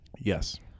Yes